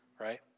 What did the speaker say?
right